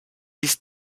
this